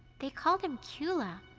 they called him cula.